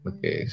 Okay